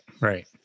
Right